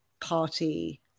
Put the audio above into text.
party